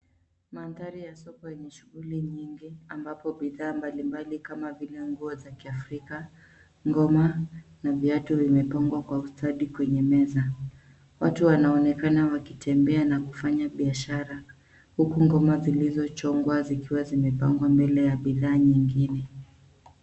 Mandhari ya soko yenye shuguli nyingi ambapo bidhaa mbalimbali kama vile nguo za kiafrika, ngoma, na viatu vimepangwa kwa ustadi kwenye meza. Watu wanaonekana wakitembea na kufanya biashara huku ngoma zilizochongwa zikiwa zimepangwa mbele ya bidhaa nyingine.